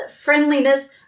friendliness